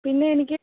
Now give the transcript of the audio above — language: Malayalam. പിന്നെ എനിക്ക്